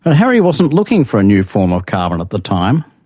but harry wasn't looking for a new form of carbon at the time.